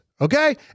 Okay